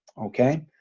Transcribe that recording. okay?